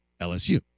LSU